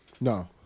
No